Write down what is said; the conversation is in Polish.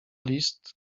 list